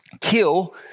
Kill